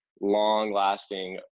long-lasting